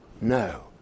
no